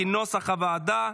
כנוסח הוועדה.